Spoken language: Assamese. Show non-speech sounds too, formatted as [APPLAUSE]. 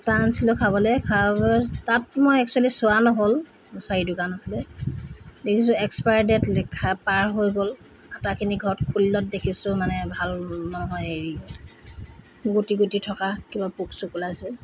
আটা আনিছিলোঁ খাবলৈ [UNINTELLIGIBLE] তাত মই একচুয়েলি চোৱা নহ'ল গ্ৰ'চাৰী দোকান আছিলে দেখিছোঁ এক্সপায়াৰ ডেট লিখা পাৰ হৈ গ'ল আটাখিনি ঘৰত খুলিলত দেখিছোঁ মানে ভাল নহয় হেৰি গুটি গুটি থকা কিবা পোক চোক ওলাইছে